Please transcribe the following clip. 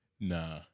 Nah